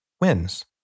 wins